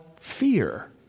fear